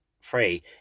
free